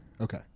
Okay